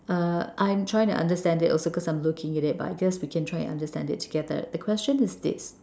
uh I'm trying to understand it also cause I'm looking at it but I just we can try and understand it together the question is this